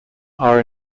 are